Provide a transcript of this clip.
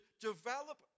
develop